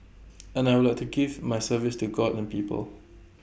and I would like to give my service to God and people